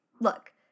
Look